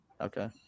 Okay